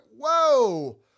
whoa